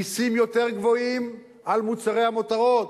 ומסים יותר גבוהים על מוצרי המותרות.